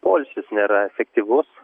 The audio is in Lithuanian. poilsis nėra efektyvus